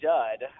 dud